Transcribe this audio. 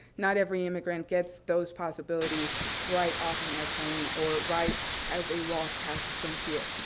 not every immigrant gets those possibilities right off an airplane, or right as they walk past the frontier.